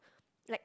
like